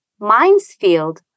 Minesfield